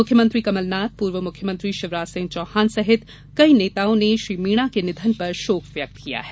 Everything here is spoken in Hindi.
मुख्यमंत्री कमलनाथ पूर्व मुख्यमंत्री शिवराज सिंह चौहान सहित कई नेताओं ने श्री मीणा के निधन पर शोक व्यक्त किया है